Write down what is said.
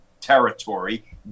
territory